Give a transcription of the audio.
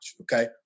okay